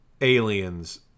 aliens